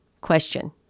Question